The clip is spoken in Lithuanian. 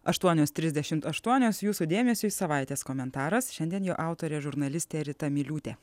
aštuonios trisdešimt aštuonios jūsų dėmesiui savaitės komentaras šiandien jo autorė žurnalistė rita miliūtė